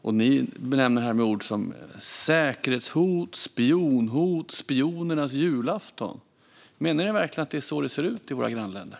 Ni benämner det här med ord som säkerhetshot, spionhot och spionernas julafton. Menar ni verkligen att det är så det ser ut i våra grannländer?